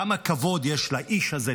כמה כבוד יש לאיש הזה,